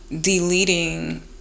deleting